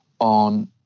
on